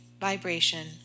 vibration